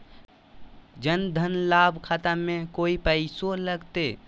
जन धन लाभ खाता में कोइ पैसों लगते?